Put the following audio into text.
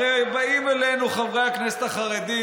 הרי באים אלינו חברי הכנסת החרדים